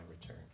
return